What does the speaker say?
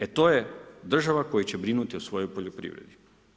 E to je država koja će brinuti o svojoj poljoprivredi.